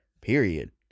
period